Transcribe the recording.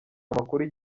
amakuru